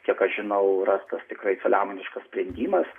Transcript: kiek aš žinau rastas tikrai saliamoniškas sprendimas